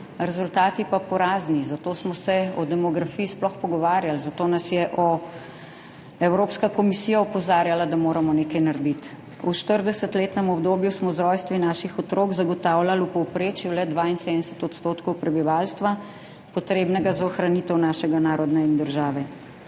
rezultati pa porazni. Zato smo se o demografiji sploh pogovarjali, zato nas je Evropska komisija opozarjala, da moramo nekaj narediti. V štiridesetletnem obdobju smo z rojstvi naših otrok zagotavljali v povprečju le 72 % prebivalstva, potrebnega za ohranitev našega naroda in države.